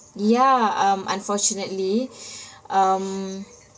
ya um unfortunately um